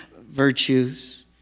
virtues